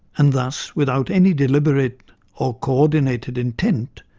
and thus, without any deliberate or coordinated intent,